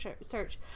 search